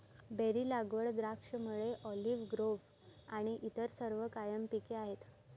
berry लागवड, द्राक्षमळे, olive grove आणि इतर सर्व कायम पिके आहेत